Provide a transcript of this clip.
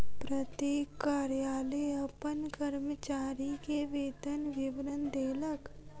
प्रत्येक कार्यालय अपन कर्मचारी के वेतन विवरण देलक